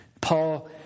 Paul